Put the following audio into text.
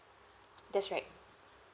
that's right